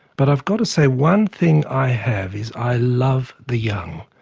but i've got to say one thing i have is, i love the young.